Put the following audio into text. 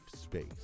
space